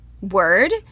word